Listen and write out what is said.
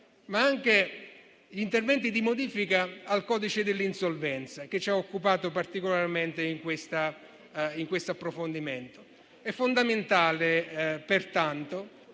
ma anche gli interventi di modifica al codice dell'insolvenza, che ci ha occupato particolarmente in questo approfondimento. È fondamentale pertanto,